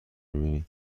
میبینی